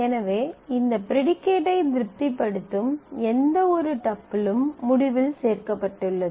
எனவே இந்த ப்ரீடிகேட் ஐ திருப்திப்படுத்தும் எந்தவொரு டப்பிளும் முடிவில் சேர்க்கப்பட்டுள்ளது